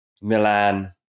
Milan